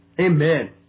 Amen